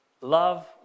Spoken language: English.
Love